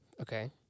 Okay